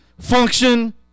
function